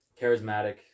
charismatic